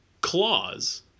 claws